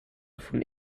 von